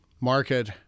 market